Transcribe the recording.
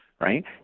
right